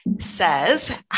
says